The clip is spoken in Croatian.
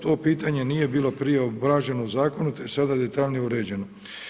To pitanje je bilo prije obrađeno u Zakonu, te je sada detaljnije uređeno.